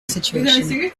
situation